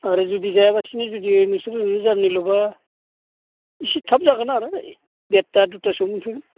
आरो जुदि जायालासिनो जुदि नोंसोर ओरैनो जारनिल' बा एसे थाब जागोन आरो देरथा दुइथासोआव मोनफैगोन